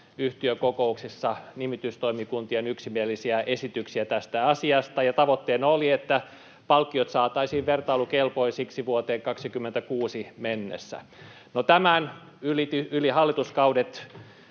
yhtiökokouksissa nimitystoimikuntien yksimielisiä esityksiä tästä asiasta, ja tavoitteena oli, että palkkiot saataisiin vertailukelpoisiksi vuoteen 26 mennessä. No tämän, yli hallituskaudet